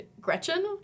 Gretchen